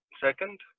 second